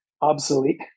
obsolete